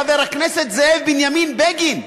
חבר הכנסת זאב בנימין בגין,